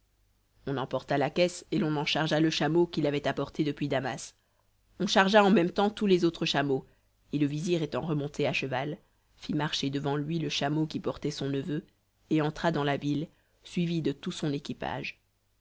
on emporta la caisse et l'on en chargea le chameau qui l'avait apportée depuis damas on chargea en même temps tous les autres chameaux et le vizir étant remonté à cheval fit marcher devant lui le chameau qui portait son neveu et entra dans la ville suivi de tout son équipage